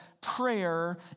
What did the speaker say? prayer